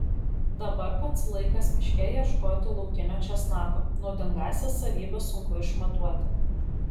dabar pats laikas miške ieškoti laukinio česnako naudingąsias savybes sunku išmatuoti